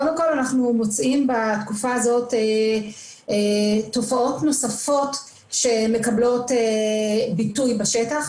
קודם כל אנחנו מוצאים בתקופה הזאת תופעות נוספות שמקבלות ביטוי בשטח,